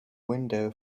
window